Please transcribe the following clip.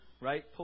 right